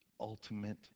ultimate